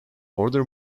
order